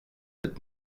cette